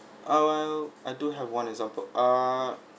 err well I do have one example ah